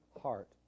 heart